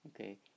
okay